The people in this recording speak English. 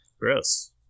gross